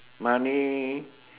money